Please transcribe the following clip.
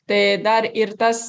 tai dar ir tas